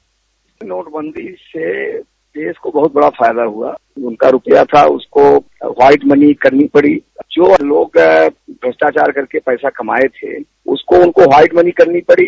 bite नोटबंदी से देश को बहुत बड़ा फायदा हुआ उनका रूपया था उनको वाइटमनी करनी पड़ी जो लोग भ्रष्टाचार करके पैसा कमाये थे उसको उनको वाइटमनी करनी पड़ी